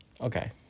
Okay